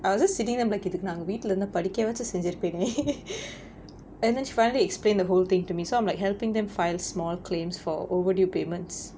I was just sitting there நம்ம இதுக்கு நாங்க வீட்ல இருந்தா படிக்க வாச்சும் செஞ்சிருப்பிங்க:namma ithukku naanga veetla irunthaa padikka vaachum senjiruppeenga and then she finally explained the whole thing to me so I'm like helping them file small claims for overdue payments